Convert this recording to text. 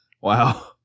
wow